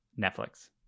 Netflix